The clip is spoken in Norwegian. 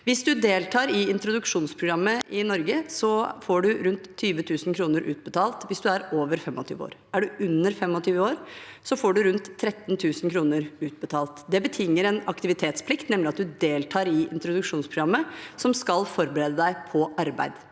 Hvis man deltar i introduksjonsprogrammet i Norge, får man rundt 20 000 kr utbetalt hvis man er over 25 år. Er man under 25 år, får man rundt 13 000 kr utbetalt. Det betinger en aktivitetsplikt, nemlig at man deltar i introduksjonsprogrammet som skal forberede en på arbeid.